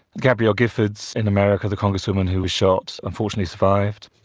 gabrielle giffords in america, the congresswoman who was shot and fortunately survived.